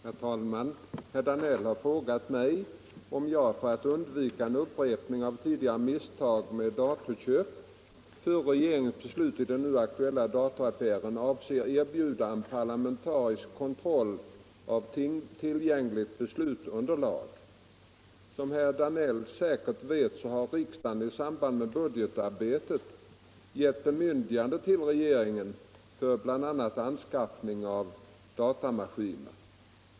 Herr talman! Herr Danell har frågat mig om jag — för att undvika en upprepning av tidigare misstag med datorköp — före regeringens beslut i den nu aktuella datoraffären avser erbjuda en parlamentarisk kontroll av tillgängligt beslutsunderlag. Som herr Danell säkert vet har riksdagen i samband med budgetarbetet gett bemyndigande till regeringen för bl.a. anskaffning av datamaskiner.